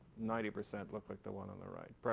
ninety percent look like the one on the right.